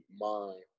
mind